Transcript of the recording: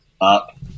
up